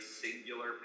singular